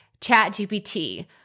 ChatGPT